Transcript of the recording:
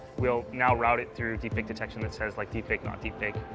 we'll now route it through deepfake detection that says like, deepfake, not deepfake,